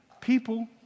people